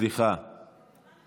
סליחה, סליחה.